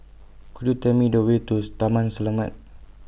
Could YOU Tell Me The Way to Taman Selamat